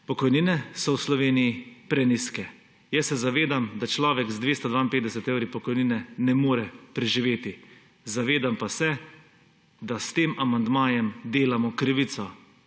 Pokojnine so v Sloveniji prenizke. Jaz se zavedam, da človek z 252 evri pokojnine ne more preživeti. Zavedam pa se, da s tem amandmajem delamo krivico